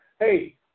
hey